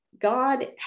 God